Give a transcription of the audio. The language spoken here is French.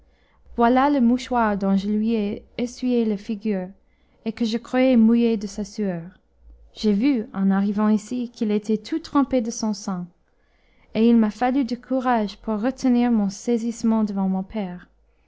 voilà le mouchoir dont je lui ai essuyé la figure et que je croyais mouillé de sa sueur j'ai vu en arrivant ici qu'il était tout trempé de son sang et il m'a fallu du courage pour retenir mon saisissement devant mon père